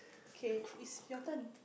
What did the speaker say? kay it's your turn